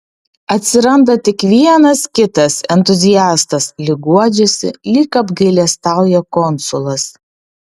atsiranda tik vienas kitas entuziastas lyg guodžiasi lyg apgailestauja konsulas